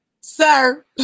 sir